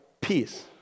peace